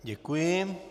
Děkuji.